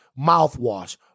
mouthwash